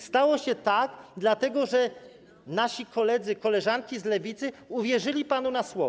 Stało się tak, dlatego że koledzy, koleżanki z Lewicy uwierzyli panu na słowo.